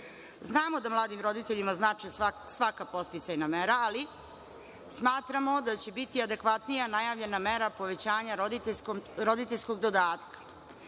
Znamo da mladim roditeljima znači svaka podsticajna mera, ali smatramo da će biti adekvatnija najavljena mera povećanja roditeljskog dodatka